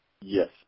Yes